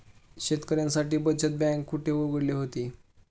शेतकऱ्यांसाठी बचत बँक कुठे उघडली होती?